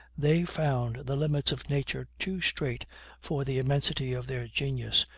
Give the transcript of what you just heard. they found the limits of nature too straight for the immensity of their genius,